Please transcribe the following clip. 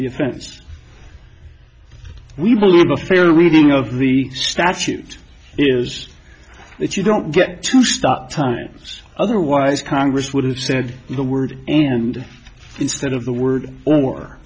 offense we believe a fair reading of the statute is that you don't get to stop times otherwise congress would have said the word and instead of the word mor